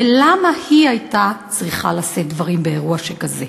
ולמה היא הייתה צריכה לשאת דברים באירוע שכזה?